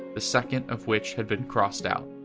the second of which had been crossed out.